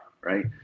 right